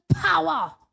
power